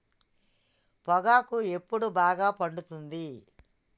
పొగాకు ఎప్పుడు బాగా పండుతుంది?